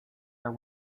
are